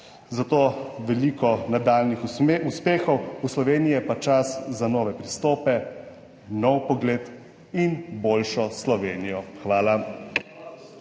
zato veliko nadaljnjih uspehov. V Sloveniji, je pa čas za nove pristope, nov pogled in boljšo Slovenijo. Hvala.